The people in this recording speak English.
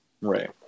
right